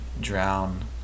drown